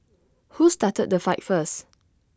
who started the fight first